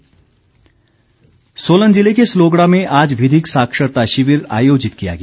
विधिक सेवा सोलन जिले के सलोगड़ा में आज विधिक साक्षरता शिविर आयोजित किया गया